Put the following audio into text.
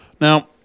Now